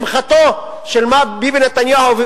שמחתו של מר ביבי נתניהו,